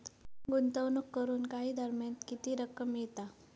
गुंतवणूक करून काही दरम्यान किती रक्कम मिळता?